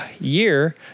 year